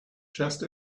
just